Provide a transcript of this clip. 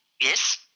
Yes